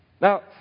Now